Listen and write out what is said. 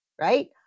right